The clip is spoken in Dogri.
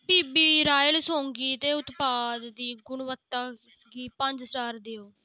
बी बी रॉयल सौंगी दे उत्पाद दी गुणवत्ता गी पंज स्टार देओ